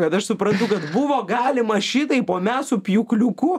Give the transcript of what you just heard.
kad aš suprantu kad buvo galima šitaip o mes su pjūkliuku